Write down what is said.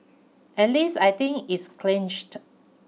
at least I think it's clenched